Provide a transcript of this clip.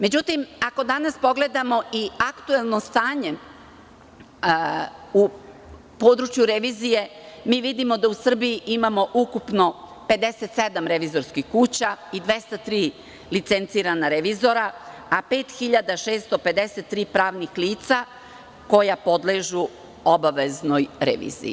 Ako pogledamo i aktuelno stanje u području revizije vidimo da u Srbiji ima ukupno 57 revizorskih kuća i 203 licencirana revizora a 5.653 pravna lica koja podležu obaveznoj reviziji.